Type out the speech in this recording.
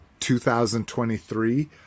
2023